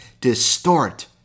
distort